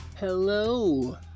Hello